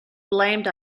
blamed